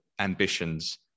ambitions